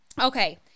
Okay